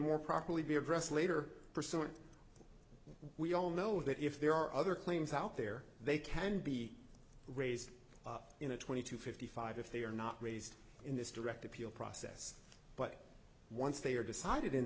more properly be addressed later pursuant we all know that if there are other claims out there they can be raised in a twenty to fifty five if they are not raised in this direct appeal process but once they are decided in